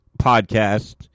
podcasts